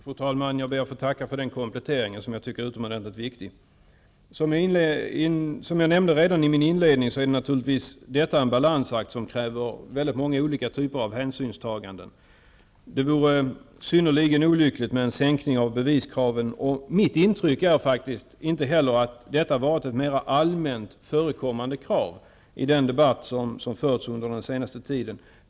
Fru talman! Jag ber att få tacka för den kompletteringen, som jag tycker är utomordentligt viktig. Som jag nämnde redan i min inledning är detta naturligtvis en balansakt, som kräver många olika typer av hänsynstaganden. Det vore synnerligen olyckligt med en sänkning av beviskraven, och jag har faktiskt inte heller intrycket att det har varit ett mer allmänt förekommande krav i den debatt som förts under den senaste tiden.